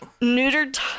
Neutered